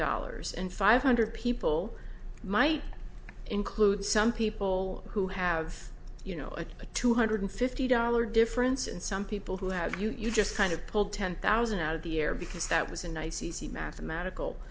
dollars and five hundred people might include some people who have you know a two hundred fifty dollar difference and some people who had you just kind of pulled ten thousand out of the air because that was a nice easy mathematical